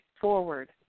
forward